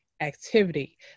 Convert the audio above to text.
activity